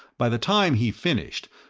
by the time he finished,